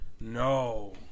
No